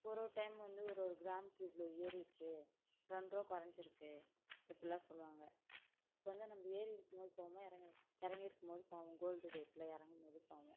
ஒரு ஒரு டைம் வந்து ஒரு ஒரு கிராம்கு இவ்வளோ ஏறியிருக்கு ரெண்டுரூவா குறைஞ்சிருக்கு இப்படில்லாம் சொல்லுவாங்க இப்போ வந்து நம்ப ஏறிருக்குபோது போகாம எறங் இறங்கி இருக்குபோது போவோம் கோல்டு ரேட்டில் இறங்குமோது போவோம்